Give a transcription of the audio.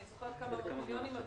אני זוכרת כמה במיליונים,